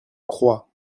croix